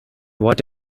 what